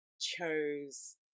chose